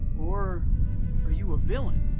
or are you a villain?